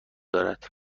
دارد